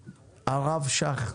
שך,